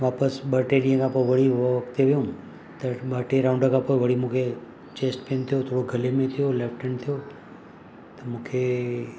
वापसि ॿ टे ॾींहं खां पोइ वरी वॉक ते वयुमि त ॿ टे राउंड खां पोइ वरी मूंखे चेस्ट पेन थियो थोरो गले में थियो लेफ्ट हैंड थियो त मूंखे